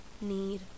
need